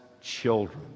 children